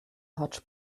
hotch